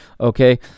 Okay